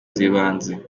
z’ibanze